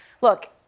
Look